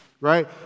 Right